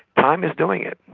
time is doing it.